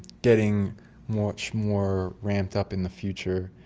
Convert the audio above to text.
getting much more ramped-up in the future,